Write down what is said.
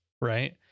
right